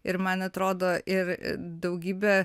ir man atrodo ir daugybę